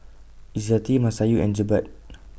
Izzati Masayu and Jebat